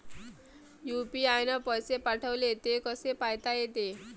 UPI न पैसे पाठवले, ते कसे पायता येते?